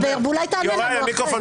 בסדר גמור,